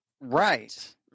right